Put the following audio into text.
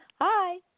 hi